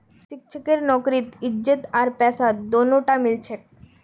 शिक्षकेर नौकरीत इज्जत आर पैसा दोनोटा मिल छेक